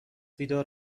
بیدار